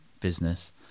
business